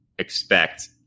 expect